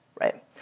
right